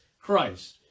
Christ